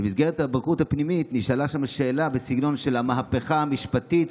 ובמסגרת הבגרות הפנימית נשאלה שם שאלה בסגנון של המהפכה המשפטית,